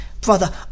brother